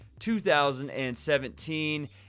2017